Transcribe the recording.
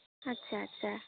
আচ্ছা আচ্ছা